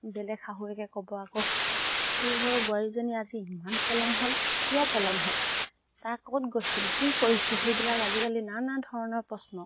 বেলেগ শাহুৱেকে ক'ব আকৌ তোৰ ঘৰৰ বোৱাৰীজনী আজি ইমান পলম হ'ল কিয় পলম হ'ল তাই ক'ত গৈছিল কি কৰিছে সেইবিলাক আজিকালি নানা ধৰণৰ প্ৰশ্ন